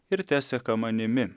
ir teseka manimi